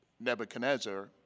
Nebuchadnezzar